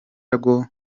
rwo